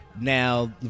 now